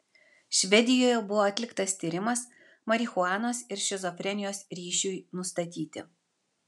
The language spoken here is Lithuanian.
švedijoje buvo atliktas tyrimas marihuanos ir šizofrenijos ryšiui nustatyti